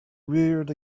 reared